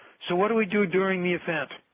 so what do we do during the event?